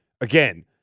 again